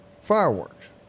fireworks